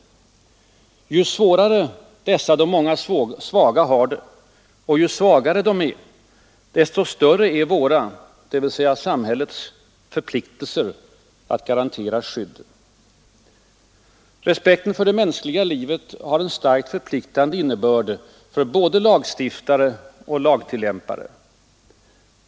Ju svårare dessa de många svaga har det och ju svagare de är, desto större är våra — dvs. samhällets — förpliktelser att garantera skydd. Respekten för det mänskliga livet har en starkt förpliktande innebörd för både lagstiftare och lagtillämpare.